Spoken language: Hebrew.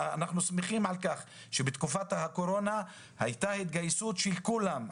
אנחנו שמחים על כך שבתקופת הקורונה הייתה התגייסות של כולם,